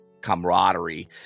camaraderie